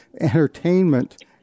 entertainment